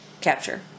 capture